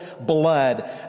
blood